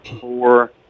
four